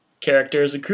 characters